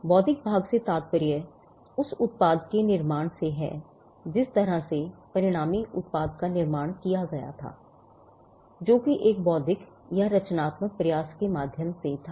बौद्धिक भाग से तात्पर्य उस उत्पाद के निर्माण से है जिस तरह से परिणामी उत्पाद का निर्माण किया गया था जो कि एक बौद्धिक या रचनात्मक प्रयास के माध्यम से था